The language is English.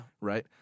Right